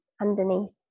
underneath